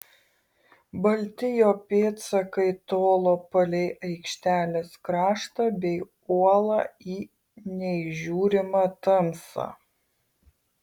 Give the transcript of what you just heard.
balti jo pėdsakai tolo palei aikštelės kraštą bei uolą į neįžiūrimą tamsą